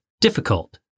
difficult